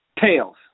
Tails